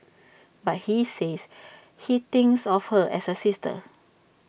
but he says he thinks of her as A sister